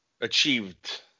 achieved